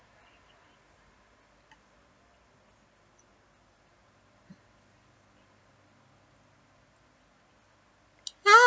ah